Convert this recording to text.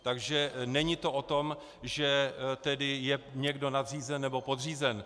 Takže není to o tom, že je někdo nadřízen nebo podřízen.